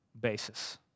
basis